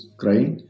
crying